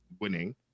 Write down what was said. winning